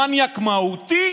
למניאק מהותי